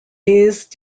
these